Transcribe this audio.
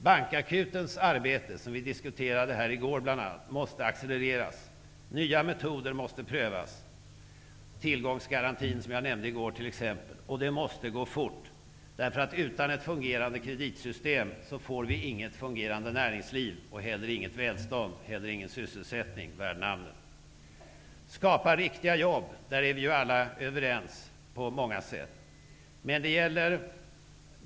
Bankakutens arbete, som vi diskuterade här i går, måste accelereras. Nya metoder måste prövas, t.ex. tillgångsgarantin, som jag nämnde i går. Och det måste gå fort. Utan ett fungerande kreditsystem får vi nämligen inte något fungerande näringsliv och inte heller något välstånd eller någon sysselsättning värd namnet. Att det skall skapas riktiga jobb, är vi alla överens om på många sätt.